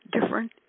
different